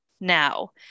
now